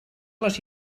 les